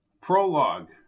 Prologue